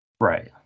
Right